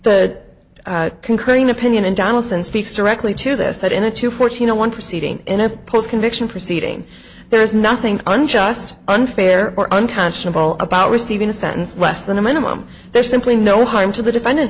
the concurring opinion in donaldson speaks directly to this that in a two fourteen zero one proceeding in a post conviction proceeding there is nothing unjust unfair or unconscionable about receiving a sentence less than the minimum there's simply no harm to the defendant